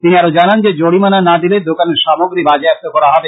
তিনি আরো জানান যে জরিমানা না দিলে দোকানের সামগ্রী বাজেয়াপ্ত করা হবে